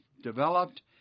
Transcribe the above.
developed